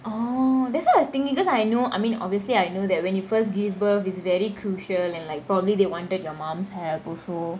oh that's why I was thinking because I know I mean obviously I know that when you first give birth is very crucial and like probably they wanted your mum's help also